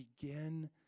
begin